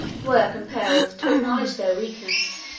were compelled to acknowledge their weakness,